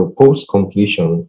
post-completion